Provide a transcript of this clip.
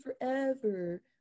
forever